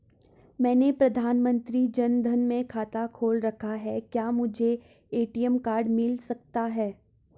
मैंने प्रधानमंत्री जन धन में खाता खोल रखा है क्या मुझे ए.टी.एम कार्ड मिल सकता है?